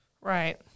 Right